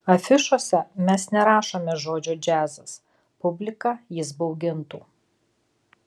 afišose mes nerašome žodžio džiazas publiką jis baugintų